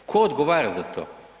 Tko odgovara za to?